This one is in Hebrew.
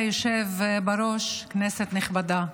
בראש, כנסת נכבדה,